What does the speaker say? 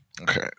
Okay